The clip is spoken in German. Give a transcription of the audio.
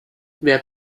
wer